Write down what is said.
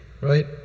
Right